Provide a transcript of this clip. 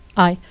aye.